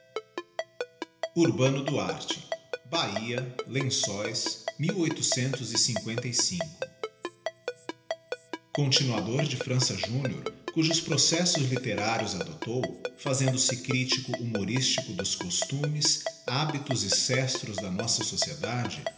urbano duarte bahia lençóis de continuado de frança júnior cujos processos literários adoptou fazendo-se critico humorístico dos costumes hábitos e sestros da nossa sociedade